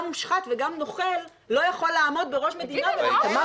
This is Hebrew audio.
מושחת וגם נוכל לא יכול לעמוד בראש מדינה --- תגידי,